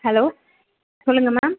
hello சொல்லுங்கள் ma'am